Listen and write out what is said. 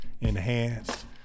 enhanced